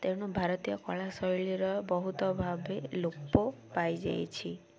ତେଣୁ ଭାରତୀୟ କଳା ଶୈଳୀର ବହୁତ ଭାବେ ଲୋପ ପାଇଯାଇଛି